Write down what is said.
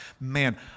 Man